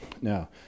Now